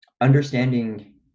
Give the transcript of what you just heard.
understanding